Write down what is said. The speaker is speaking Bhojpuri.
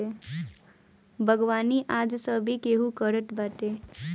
बागवानी आज सभे केहू करत बाटे